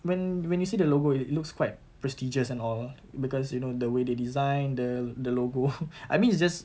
when when you see the logo it looks quite prestigious and all lah because you know the way they design the the logo I mean it's just